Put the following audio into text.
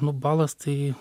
nu balas tai